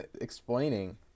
explaining